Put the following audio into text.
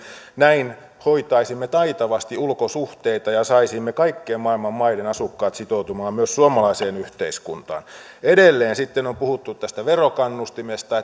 näin hoitaisimme taitavasti ulkosuhteita ja saisimme kaikkien maailman maiden asukkaat sitoutumaan myös suomalaiseen yhteiskuntaan edelleen sitten on puhuttu tästä verokannustimesta